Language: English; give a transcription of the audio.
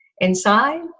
Inside